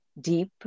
deep